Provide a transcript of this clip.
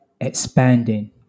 expanding